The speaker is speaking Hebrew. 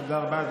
תודה רבה.